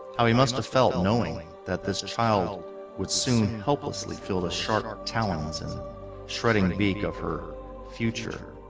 how he must have felt knowingly that this child would soon helplessly feel the sharp talons in shredding the beak of her future